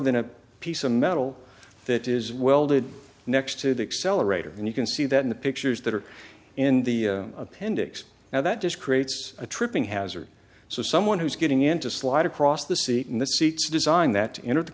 than a piece of metal that is welded next to the accelerator and you can see that in the pictures that are in the appendix now that this creates a tripping hazard so someone who's getting into slide across the seat in the seats design that enter the